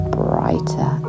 brighter